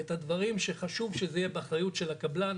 ואת הדברים שזה חשוב שזה יהיה באחריות של הקבלן.